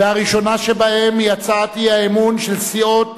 והראשונה שבהן היא הצעת האי-אמון של סיעות